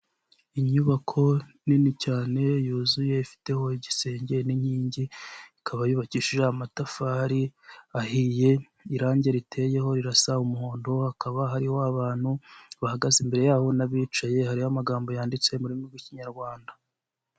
Inyubako nini cyane yuzuye ifiteho igisenge n'inkingi, ikaba yubakishije amatafari ahiye, irangi riteyeho rirasa umuhondo, hakaba hariho abantu bahagaze imbere yaho n'abicaye, hariho amagambo yanditse mu rurimi rw'ikinyarwanda.